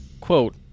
Quote